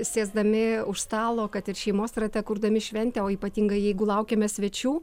sėsdami už stalo kad ir šeimos rate kurdami šventę o ypatingai jeigu laukiame svečių